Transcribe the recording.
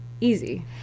easy